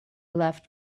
left